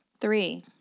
three